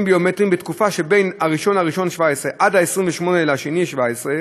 ביומטריים בתקופה שבין 1 בינואר 2017 ל-28 בפברואר 2017,